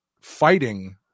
fighting